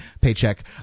paycheck